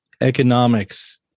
economics